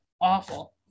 Awful